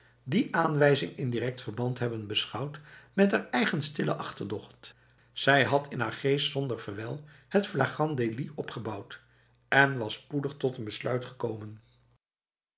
die aanwijzing in direct verband hebben beschouwd met haar eigen stille achterdocht zij had in haar geest zonder verwijl het flagrant délit opgebouwd en was spoedig tot een besluit gekomen